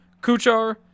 Kuchar